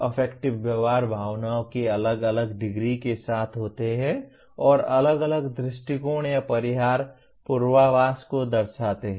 affective व्यवहार भावनाओं की अलग अलग डिग्री के साथ होते हैं और अलग अलग दृष्टिकोण या परिहार पूर्वाभास को दर्शाते हैं